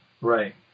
Right